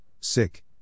sick